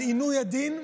על עינוי הדין,